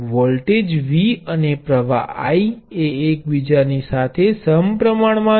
voltage V અને પ્ર્વાહ I એ એકબીજાની સાથે સમપ્રમાણમાં છે